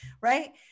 right